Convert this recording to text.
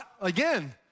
Again